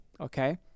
Okay